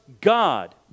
God